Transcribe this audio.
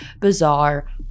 bizarre